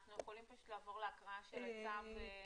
אנחנו יכולים לעבור להקראה של הצו?